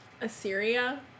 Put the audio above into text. Assyria